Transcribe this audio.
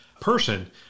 person